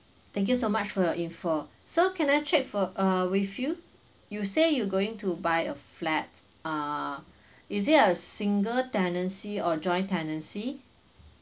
thank you so much for your info so can I check for uh with you you say you going to buy a flat ah is it a single tenancy or joint tenancy